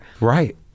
Right